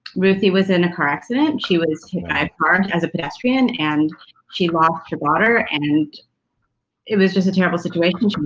ruthie was in a car accident, she was hit by a car as a pedestrian and she lost her daughter and it was just a terrible situation,